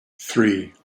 three